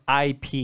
IP